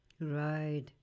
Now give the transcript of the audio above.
Right